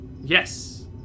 Yes